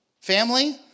Family